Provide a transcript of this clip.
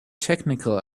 technical